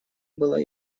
было